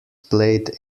played